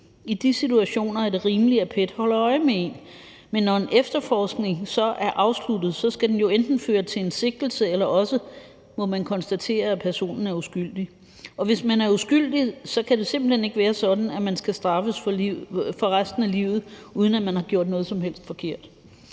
I de situationer er det rimeligt at PET holder øje med en, men når en efterforskning så er afsluttet, skal den jo enten føre til en sigtelse, eller også må man konstatere, at personen er uskyldig. Og hvis man er uskyldig, kan det simpelt hen ikke være sådan, at man skal straffes for resten af livet, altså uden at man har gjort noget som helst forkert.